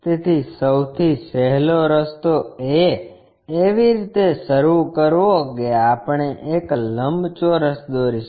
તેથી સૌથી સહેલો રસ્તો એ એવી રીતે શરૂ કરવો કે આપણે એક લંબચોરસ દોરીશું